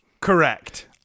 Correct